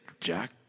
Jack